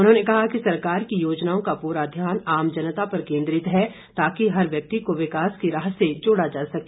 उन्होंने कहा कि सरकार की योजनाओं का पूरा ध्यान आम जनता पर केंद्रित है ताकि हर व्यक्ति को विकास की राह से जोड़ा जा सके